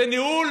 זה ניהול